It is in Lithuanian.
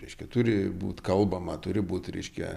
reiškia turi būt kalbama turi būt reiškia